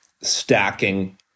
stacking –